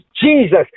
Jesus